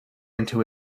into